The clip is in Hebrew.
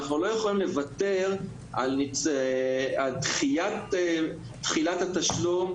אנחנו לא יכולים לוותר על דחיית תחילת התשלום,